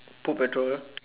put petrol ah